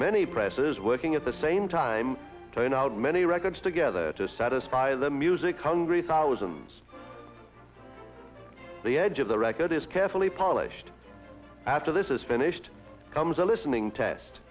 many presses working at the same time turn out many records together to satisfy their music hungry thousand the edge of the record is carefully polished after this is finished comes a listening test